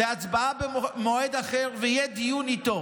והצבעה במועד אחר, ויהיה דיון איתו.